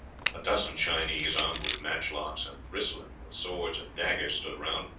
a dozen chinese, armed with matchlocks and bristling with swords and daggers, stood around,